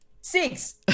Six